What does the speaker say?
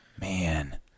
Man